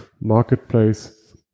marketplace